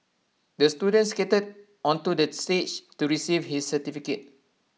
the student skated onto the stage to receive his certificate